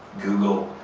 google,